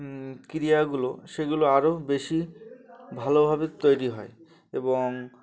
ক্রিয়াগুলো সেগুলো আরও বেশি ভালোভাবে তৈরি হয় এবং